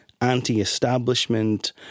anti-establishment